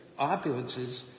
opulences